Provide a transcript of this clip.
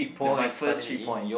the my first three points